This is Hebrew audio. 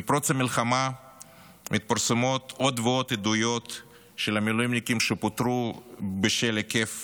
מפרוץ המלחמה מתפרסמות עוד ועוד עדויות של מילואימניקים שפוטרו בשל היקף